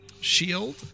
shield